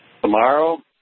Tomorrow